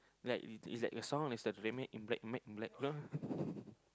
like is is like your strong is like someone in black matte black John